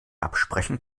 absprechen